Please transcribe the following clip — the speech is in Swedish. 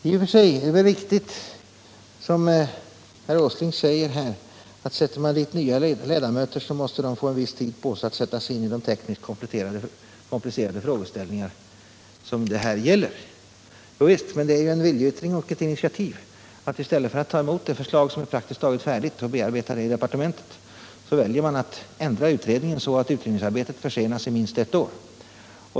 I och för sig är det riktigt, som herr Åsling säger, att när man satte in nya ledamöter i utredningen måste de få tid på sig att sätta sig in i de tekniskt komplicerade frågeställningar som det här gäller. Ja visst, men det är en viljeyttring och ett initiativ att man — i stället för att ta emot det förslag som är praktiskt taget färdigt och bearbeta det i departementet — väljer att ändra utredningens sammansättning, så att utredningsarbetet försenas minst ett år.